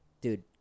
Dude